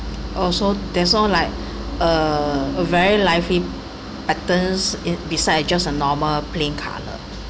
oh so there's no like uh a very lively patterns it besides just a normal plain colour